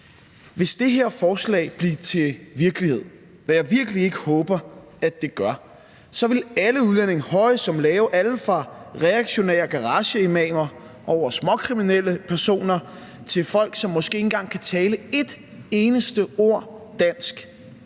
Hvis det her forslag bliver til virkelighed, hvad jeg virkelig ikke håber at det gør, så vil alle udlændinge, høje som lave, alle fra reaktionære garageimamer over småkriminelle personer til folk, som måske ikke engang kan tale et eneste ord dansk,